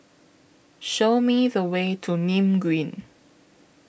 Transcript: Show Me The Way to Nim Green